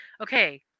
Okay